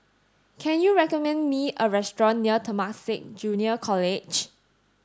can you recommend me a restaurant near Temasek Junior College